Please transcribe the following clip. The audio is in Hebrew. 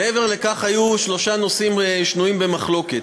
מעבר לכך, היו שלושה נושאים שנויים במחלוקת,